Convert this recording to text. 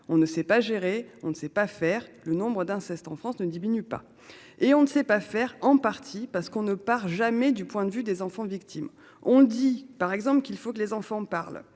on ne sait pas gérer, on ne sait pas faire le nombres d'inceste en France ne diminue pas et on ne sait pas faire en partie parce qu'on ne part jamais du point de vue des enfants victimes. On dit par exemple qu'il faut que les enfants parlent